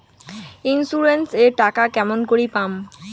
Insurance এর টাকা কেমন করি পাম?